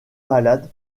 malade